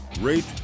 rate